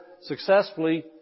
successfully